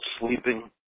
sleeping